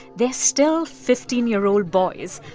they're still fifteen year old boys.